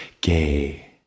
gay